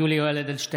בעד יולי יואל אדלשטיין,